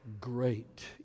great